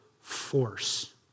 force